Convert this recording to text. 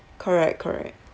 correct correct